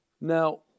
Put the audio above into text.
Now